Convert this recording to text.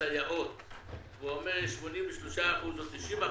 סייעות והוא אומר 83 אחוזים או 90 אחוזים,